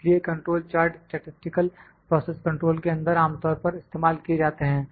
इसलिए control chart statistical process control के अंदर आमतौर पर इस्तेमाल किए जाते हैं